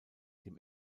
dem